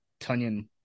Tunyon